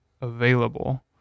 available